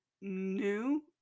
new